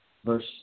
Verse